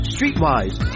Streetwise